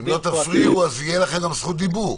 הקריטריונים הוסדרו בחוק --- אם לא תפריעו יהיה לכם זכות דיבור.